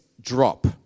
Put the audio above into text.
drop